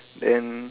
then